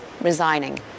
resigning